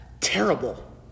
terrible